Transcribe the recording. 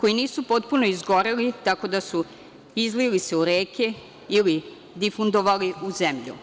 koji nisu potpuno izgoreli, tako da su se izlili u reke ili difundovali u zemlju.